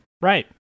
Right